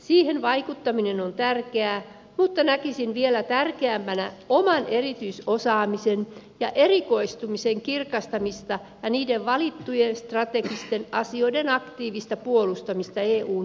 siihen vaikuttaminen on tärkeää mutta näkisin vielä tärkeämpänä oman erityisosaamisen ja erikoistumisen kirkastamista ja niiden valittujen strategisten asioiden aktiivista puolustamista eun päätöksenteossa